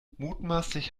mutmaßlich